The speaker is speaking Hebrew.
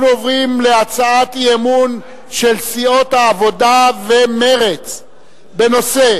אנחנו עוברים להצעת האי-אמון של סיעות העבודה ומרצ בנושא: